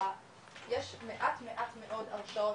יש מעט מאוד הרשעות,